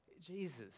Jesus